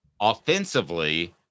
offensively